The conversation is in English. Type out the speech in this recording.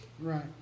Right